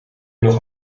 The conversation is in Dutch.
nog